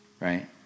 right